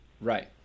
Right